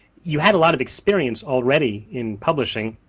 you had a lot of experience already in publishing.